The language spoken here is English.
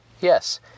yes